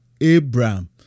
Abraham